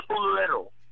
little